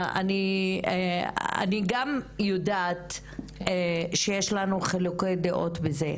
אני גם יודעת שיש לנו חילוקי דעות וזה,